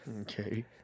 Okay